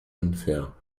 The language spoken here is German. unfair